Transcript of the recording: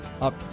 up